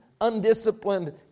undisciplined